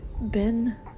Ben